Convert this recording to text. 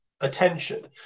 attention